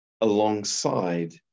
alongside